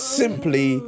simply